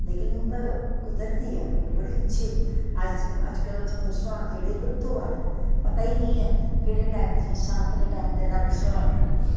लेकिन उं'दा कुदरती ऐ बड़ी अच्छी अजकल्ल सोहाग जेह्ड़े लुप्त होआ दे न पता गै निं ऐ केह्ड़े टाईम दे जि'यां सांत दे टाईम दे अलग सोहाग न